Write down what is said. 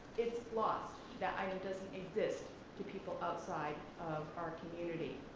it's lost, that item doesn't exist to people outside of our community.